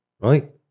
right